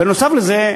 נוסף על זה,